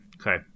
okay